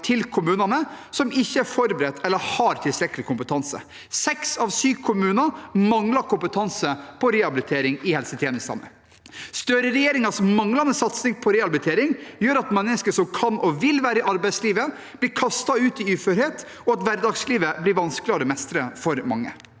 til kommunene, som ikke er forberedt eller har tilstrekkelig kompetanse. Seks av sju kommuner mangler kompetanse på rehabilitering i helsetjenestene. Støreregjeringens manglende satsing på rehabilitering gjør at mennesker som kan og vil være i arbeidslivet, blir kastet ut i uførhet, og at hverdagslivet blir vanskeligere å mestre for mange.